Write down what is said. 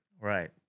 right